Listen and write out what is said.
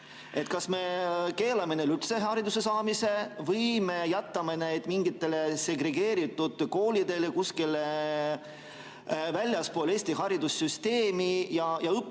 Kas me keelame neil üldse hariduse saamise või me jätame nad mingitele segregeeritud koolidele kuskil väljaspool Eesti haridussüsteemi ja õppigu,